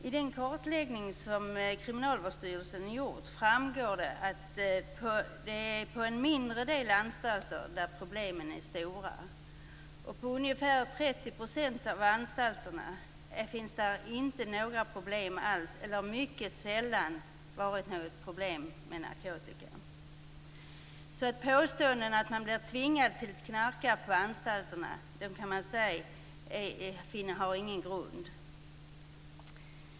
I den kartläggning som Kriminalvårdsstyrelsen har gjort framgår det att det är på en mindre del av anstalterna som problemen är stora. På ungefär 30 % av anstalterna finns det inte några problem alls eller det har mycket sällan varit något problem med narkotika. Påståenden om att man blir tvingad att knarka på anstalterna kan man säga inte har någon grund.